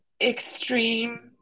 extreme